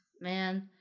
Man